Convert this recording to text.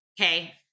Okay